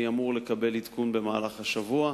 אני אמור לקבל עדכון במהלך השבוע,